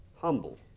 Humble